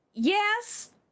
Yes